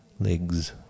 legs